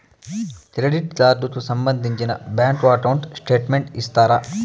Credit card కు సంబంధించిన bank account statement ఇస్తారా?